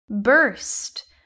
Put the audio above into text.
burst